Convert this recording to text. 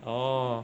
orh